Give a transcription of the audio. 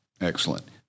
Excellent